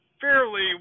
fairly